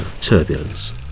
Turbulence